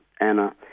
Anna